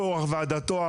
קורח ועדתו,